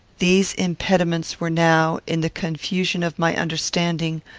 these impediments were now, in the confusion of my understanding,